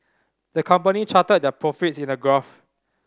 the company charted their profits in a graph